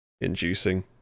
inducing